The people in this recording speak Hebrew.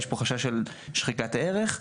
יש פה חשש של שחיקת ערך.